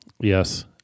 Yes